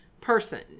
person